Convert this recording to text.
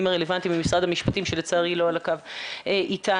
הרלבנטיים ממשרד המשפטים שלצערי לא על הקו איתנו.